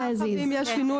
שיישאר.